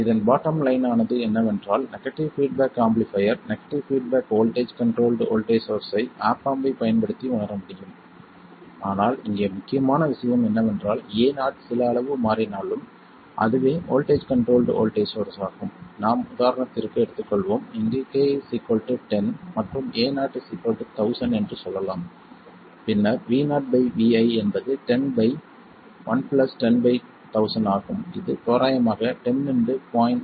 இதன் bottom line ஆனது என்னவென்றால் negative feedback amplifier negative feedback voltage controlled voltage சோர்ஸ்ஸை ஆப் ஆம்ப் ஐப் பயன்படுத்தி உணர முடியும் ஆனால் இங்கே முக்கியமான விஷயம் என்னவென்றால் Ao சில அளவு மாறினாலும் அதுவே வோல்ட்டேஜ் கண்ட்ரோல்ட் வோல்ட்டேஜ் சோர்ஸ் ஆகும் நாம் உதாரணத்திற்கு எடுத்துக்கொள்வோம் இங்கு k 10 மற்றும் Ao1000 என்று சொல்லலாம் பின்னர் Vo Vi என்பது 10 1 101000 ஆகும் இது தோராயமாக 10 0